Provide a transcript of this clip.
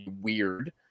weird